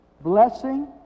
blessing